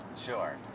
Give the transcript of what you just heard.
Sure